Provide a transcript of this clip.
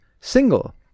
single